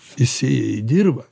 jis sėja į dirvą